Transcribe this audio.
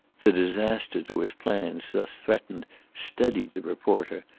the disaster to his plans thus threatened steadied the reporter,